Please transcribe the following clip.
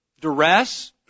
duress